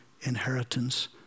inheritance